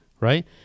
right